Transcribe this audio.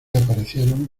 aparecieron